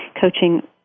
coaching